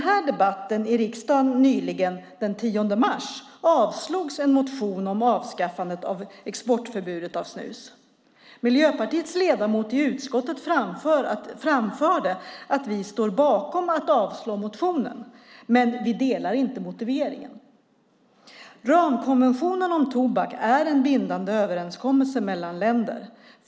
I debatten i riksdagen nyligen, den 10 mars, avslogs en motion om avskaffandet av exportförbudet mot snus. Miljöpartiets ledamot i utskottet framförde att vi står bakom att avslå motionen, men vi delar inte motiveringen. Ramkonventionen om tobak är en bindande överenskommelse mellan länder.